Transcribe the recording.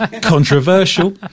Controversial